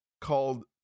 called